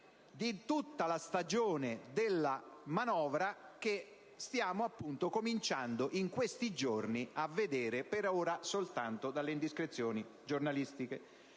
di tutta la stagione della manovra che stiamo cominciando in questi giorni a vedere, per ora soltanto dalle indiscrezioni giornalistiche.